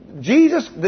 Jesus